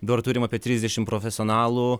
dabar turim apie trisdešim profesionalų